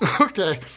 Okay